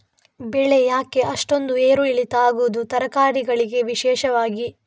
ಬೆಳೆ ಯಾಕೆ ಅಷ್ಟೊಂದು ಏರು ಇಳಿತ ಆಗುವುದು, ತರಕಾರಿ ಗಳಿಗೆ ವಿಶೇಷವಾಗಿ?